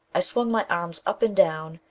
i swung my arms up and down,